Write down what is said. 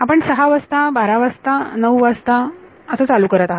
आपण 6 वाजता बारा वाजता नऊ वाजता चालू करत आहात